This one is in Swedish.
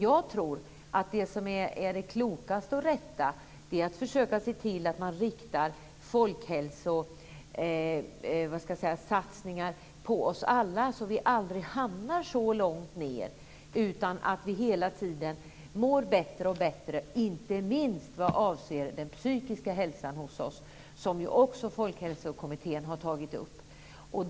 Jag tror att det kloka och rätta är att försöka se till att rikta folkhälsosatsningar på oss alla, så att vi aldrig hamnar så långt ned utan att vi hela tiden mår bättre och bättre inte minst vad avser den psykiska hälsan. Det har också Folkhälsokommittén tagit upp.